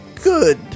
Good